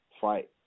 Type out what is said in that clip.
fight